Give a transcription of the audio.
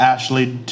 Ashley